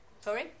Sorry